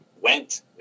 went